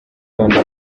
rwanda